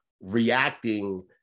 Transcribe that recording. reacting